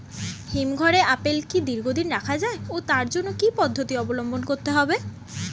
হিমঘরে আপেল কি দীর্ঘদিন রাখা যায় ও তার জন্য কি কি পদ্ধতি অবলম্বন করতে হবে?